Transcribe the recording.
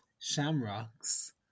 shamrocks